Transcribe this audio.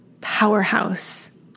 powerhouse